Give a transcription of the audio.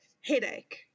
Headache